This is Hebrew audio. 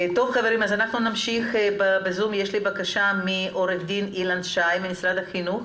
יש בקשה מעו"ד אילן שי ממשרד החינוך,